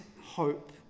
hope